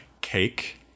cake